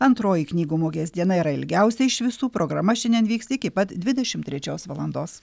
antroji knygų mugės diena yra ilgiausia iš visų programa šiandien vyks iki pat dvidešimt trečios valandos